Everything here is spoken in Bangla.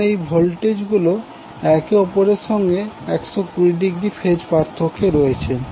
কারণ এই ভোল্টেজ গুলো একে অপরের সঙ্গে 120০ ফেজ পার্থক্যে রয়েছে